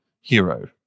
hero